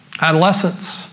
adolescence